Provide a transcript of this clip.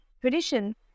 tradition